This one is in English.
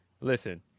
Listen